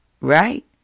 Right